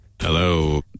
Hello